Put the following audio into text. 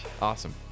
Awesome